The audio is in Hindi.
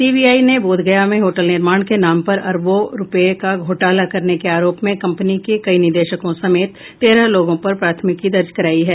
सीबीआई ने बोधगया में होटल निर्माण के नाम पर अरबों रूपये का घोटाला करने के आरोप में कंपनी के कई निदेशकों समेत तेरह लोगों पर प्राथमिकी दर्ज करायी है